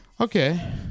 Okay